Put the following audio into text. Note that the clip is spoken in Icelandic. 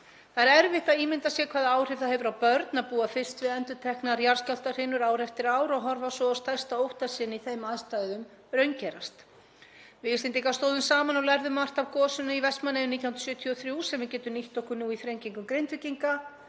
Það er erfitt að ímynda sér hvaða áhrif það hefur á börn að búa fyrst við endurteknar jarðskjálftahrinur ár eftir ár og horfa svo á stærsta ótta sinn í þeim aðstæðum raungerast. Við Íslendingar stóðum saman og lærðum margt af gosinu í Vestmannaeyjum 1973 sem við getum nýtt okkur nú í þrengingum Grindvíkinga